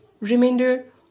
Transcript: remainder